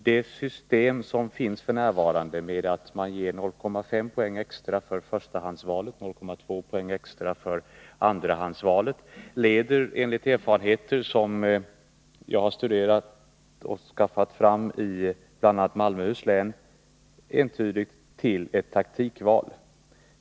Det nuvarande systemet, som innebär att man ger 0,5 poäng extra för förstahandsvalet och 0,2 poäng extra för andrahandsvalet, leder enligt de erfarenheter jag har fått genom att studera effekterna av det i bl.a. Malmöhus län till ett taktikval.